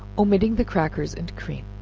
omitting the crackers and cream.